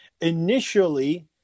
initially